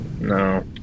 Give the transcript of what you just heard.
No